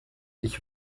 ich